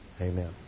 Amen